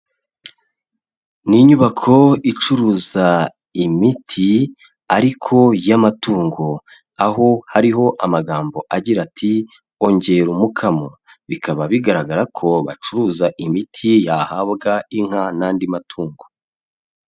Ni inyubako icuruza imiti ariko y'amatungo, aho hariho amagambo agira ati ''ongera umukamo'', bikaba bigaragara ko bacuruza imiti yahabwa inka n'andi matungo.